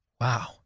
wow